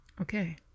okay